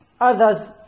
others